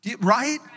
Right